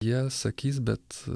jie sakys bet